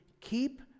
keep